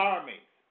Armies